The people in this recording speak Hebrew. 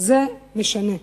זה משנה.